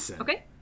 Okay